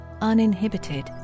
uninhibited